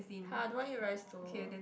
har I don't wanna eat rice though